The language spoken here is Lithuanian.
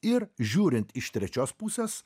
ir žiūrint iš trečios pusės